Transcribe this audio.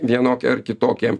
vienokią ar kitokią